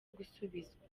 gusubizwa